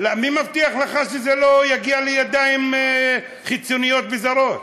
מי מבטיח לך שזה לא יגיע לידיים חיצוניות וזרות?